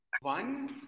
one